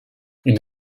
une